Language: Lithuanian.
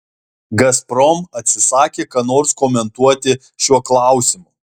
gazprom atsisakė ką nors komentuoti šiuo klausimu